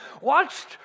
watched